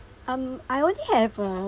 um I already have uh